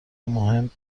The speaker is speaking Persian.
مهم